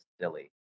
silly